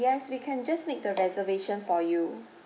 we can just make the reservation for you